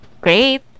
great